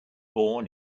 born